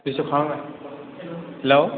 hello